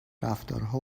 رفتارها